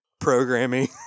programming